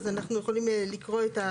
אז אנחנו יכולים לקרוא את הנוסח.